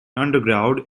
underground